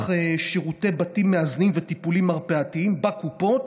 שירותי בתים מאזנים וטיפולים מרפאתיים בקופות,